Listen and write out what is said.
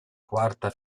quarta